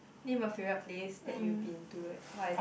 name a favourite place that you been to like what is it